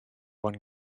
one